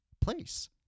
place